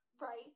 right